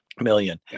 million